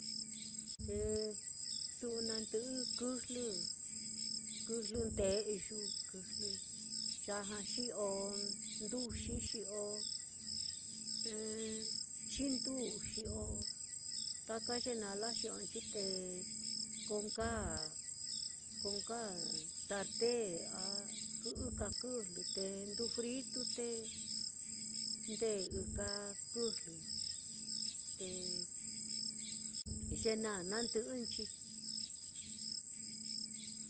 Te su'u nandɨ'ɨ kɨjlɨ kɨjlɨ nde'yu kɨjlɨ ya ja xi'o nduxi, xi'o ɨ́ɨ́n chinduu, xi'o taka ye naá, la xi'onchi te ko nka ko nka sarten á kɨ'ɨ ka'a kɨjlɨ te ndu fritu te ndee ɨka kɨijlɨ, te ye naá nandɨ'ɨnchi.